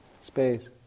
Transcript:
Space